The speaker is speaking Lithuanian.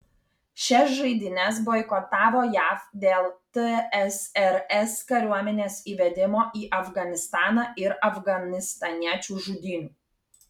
šias žaidynes boikotavo jav dėl tsrs kariuomenės įvedimo į afganistaną ir afganistaniečių žudynių